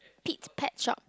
Pete's Pet Shop